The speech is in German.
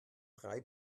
drei